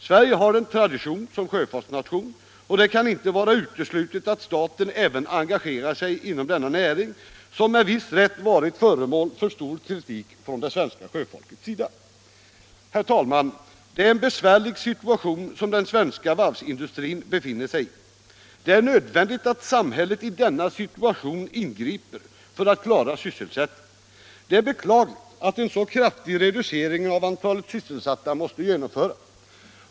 Sverige har en tradition som sjöfartsnation, och det kan därför inte uteslutas att staten engagerar sig inom denna näring, som med viss rätt varit föremål för mycken kritik från det svenska sjöfolkets sida. Herr talman! Det är en besvärlig situation som den svenska varvsindustrin befinner sig i. Det är i denna situation nödvändigt att samhället ingriper för att rädda sysselsättningen. Det är emellertid beklagligt att en så. kraftig reducering av antalet sysselsatta måste genomföras.